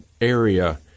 area